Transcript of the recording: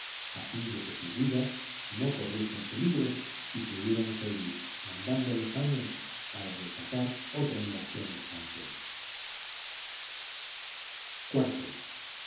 a fin de que sus vidas no corriesen peligro y pudieran servir andando los años para rechazar otra invasión extranjera